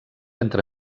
entre